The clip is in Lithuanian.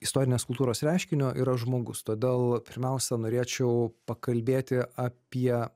istorinės kultūros reiškinio yra žmogus todėl pirmiausia norėčiau pakalbėti apie